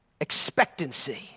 expectancy